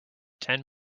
ten